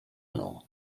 mną